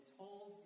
told